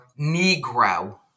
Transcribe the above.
Negro